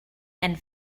and